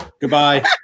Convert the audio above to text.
Goodbye